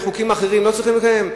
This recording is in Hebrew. חוקים אחרים לא צריכים לקיים?